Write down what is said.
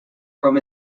from